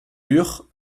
lure